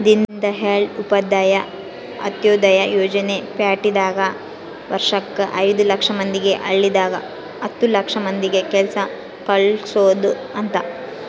ದೀನ್ದಯಾಳ್ ಉಪಾಧ್ಯಾಯ ಅಂತ್ಯೋದಯ ಯೋಜನೆ ಪ್ಯಾಟಿದಾಗ ವರ್ಷಕ್ ಐದು ಲಕ್ಷ ಮಂದಿಗೆ ಹಳ್ಳಿದಾಗ ಹತ್ತು ಲಕ್ಷ ಮಂದಿಗ ಕೆಲ್ಸ ಕಲ್ಸೊದ್ ಅಂತ